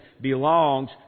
belongs